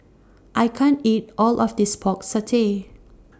I can't eat All of This Pork Satay